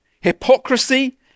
hypocrisy